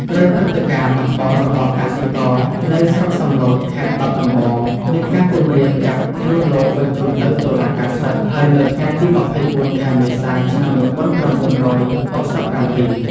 ក្រោយព្រឹត្តិការណ៍បះបោររបស់កសិករនៅស្រុកសំឡូត ខេត្តបាត់ដំបង មានការគំរាមចាប់ខ្លួនលោកបញ្ជូនទៅតុលាការសឹក ហើយនៅថ្ងៃទី ២៤ ខែមេសា ឆ្នាំ ១៩៦៧។